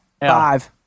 five